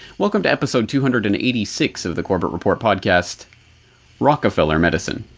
welcome to episode two hundred and eighty six of the corbett report podcast rockefeller medicine.